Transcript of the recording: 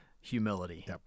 Humility